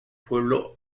pueblo